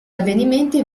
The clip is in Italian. avvenimenti